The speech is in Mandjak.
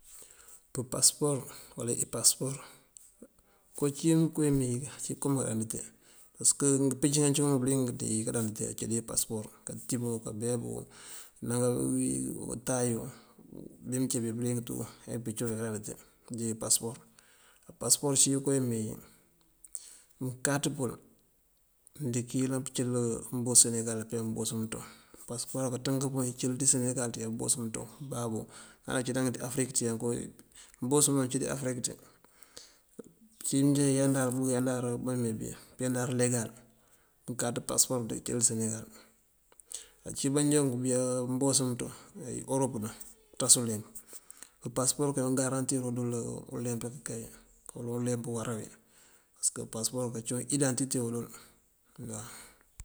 Kápasëpor, uwala impasëpor koo cíwun kowí meewí ací kom káandantite. Parësëk ngëëmpic ngáancí ngunk bëliyëng dí káandantite cí ngun dí pasëpor: kátim, káabeebu ná utáyu, bim cí bí bëliyëng tú ayá impicá dí indáandite dí iyi pasëpor. Pasëpor cíyun kowí uwí meewí mëënkáaţ pël, ndiŋ yëlan pëncël mbos senegal pëya mbos mëëntoŋ. Pasëpor káţënk puun këëncil ţí senegal ţí këyá mbos mëëntoŋ umbabú. Ŋal uncí ţank afërik ţí mbos máacíimi ţí afërik ţí. Uncí këëyandar bíyandaru bí meembí, bëyandar legal mëënkáaţ pasëpor díŋ këëncil dí senegal. Ací báajoonk bëyá mbos mëënţoŋ erop káanţas uleemp, kápasëpor káangárantirun ndël këëleemp akëkey uwala uleemp uwára wí. Pasëk pasëpor káancíwun indantitew ndël.